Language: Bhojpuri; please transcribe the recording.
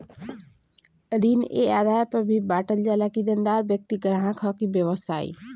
ऋण ए आधार पर भी बॉटल जाला कि देनदार व्यक्ति ग्राहक ह कि व्यवसायी